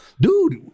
dude